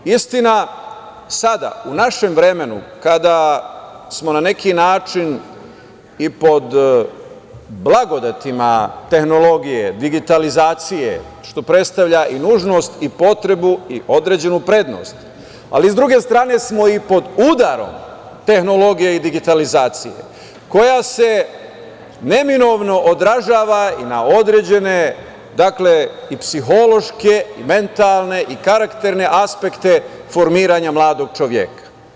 Istina, sada u našem vremenu kada smo na neki način i pod blagodetima tehnologije, digitalizacije, što predstavlja i nužnost i potrebu i određenu prednost, ali s druge strane smo i pod udarom tehnologije i digitalizacije, koja se neminovno odražava i na određene, dakle, i psihološke, mentalne i karakterne aspekte formiranja mladog čoveka.